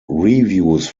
reviews